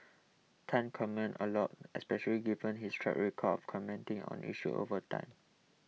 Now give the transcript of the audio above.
Tan comments a lot especially given his track record of commenting on issues over time